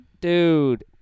Dude